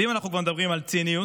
ואם אנחנו כבר מדברים על ציניות,